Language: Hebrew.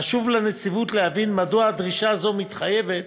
חשוב לנציבות להבין מדוע דרישה זו מתחייבת